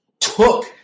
took